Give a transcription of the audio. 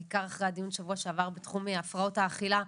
בעיקר אחרי הדיון בשבוע שעבר על הפרעות האכילה,